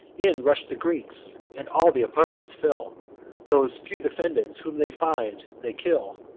in rush the greeks, and all the apartments fill those few defendants whom they find, they kill.